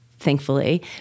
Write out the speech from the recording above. thankfully